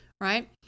right